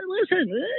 listen